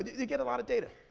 you get a lot of data.